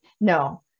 no